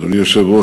אדוני היושב-ראש,